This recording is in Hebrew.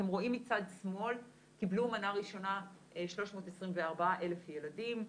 אתם רואים מצד שמאל קיבלו מנה ראשונה 324 אלף ילדים,